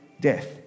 death